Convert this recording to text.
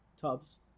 tubs